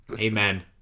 amen